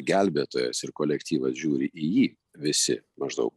gelbėtojas ir kolektyvas žiūri į jį visi maždaug